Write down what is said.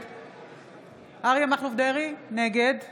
נגד אריה מכלוף דרעי, נגד